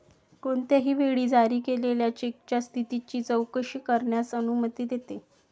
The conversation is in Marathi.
कोणत्याही वेळी जारी केलेल्या चेकच्या स्थितीची चौकशी करण्यास अनुमती देते